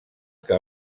que